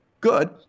good